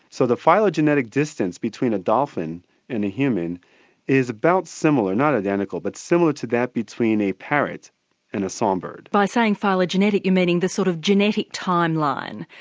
so the phylogenetic distance between a dolphin and a human is about similar, not identical but similar to that between a parrot and a songbird. by saying phylogenetic you're meaning the sort of genetic time-line